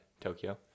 Tokyo